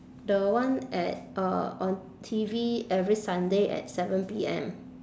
the one at uh on T_V every sunday at seven P_M